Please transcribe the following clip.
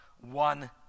one